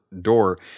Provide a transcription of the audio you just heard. door